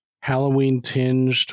Halloween-tinged